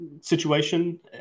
situation